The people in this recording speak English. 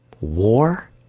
war